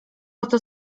oto